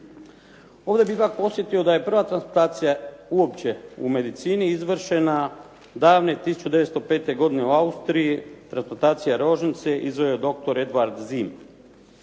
Ovdje bih ipak podsjetio da je prva transplantacija uopće u medicini izvršena davne 1905. godine u Austriji, transplantacija rožnice, izveo ju je doktor Edwars Zim.